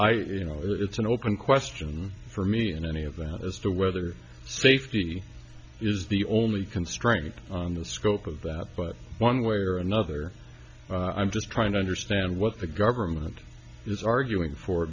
i you know it's an open question for me in any event as to whether safety is the only constraint on the scope of that one way or another i'm just trying to understand what the government is arguing for